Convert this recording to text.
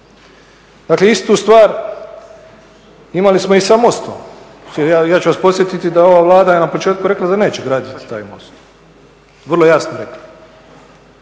Dakle istu stvar imali smo i sa mostom. Ja ću vas podsjetiti da ova Vlada je na početku rekla da neće graditi taj most, vrlo jasno rekla.